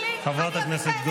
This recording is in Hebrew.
כבודך.